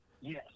yes